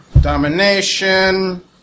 Domination